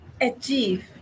achieve